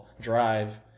drive